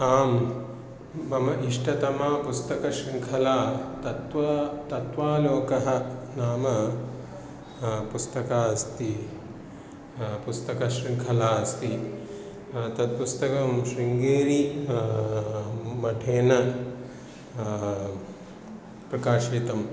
आम् मम इष्टतमा पुस्तकशृङ्खला तत्त्वा तत्त्वालोकः नामं पुस्तकम् अस्ति पुस्तकशृङ्खला अस्ति तत् पुस्तकं श्रुङ्गेरिः मठेन प्रकाशितम्